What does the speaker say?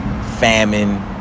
Famine